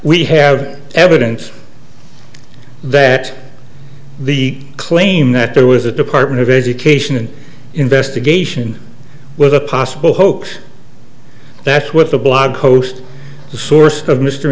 we have evidence that the claim that there was a department of education investigation was a possible hoax that's what the blog post the source of m